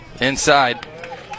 Inside